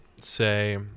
say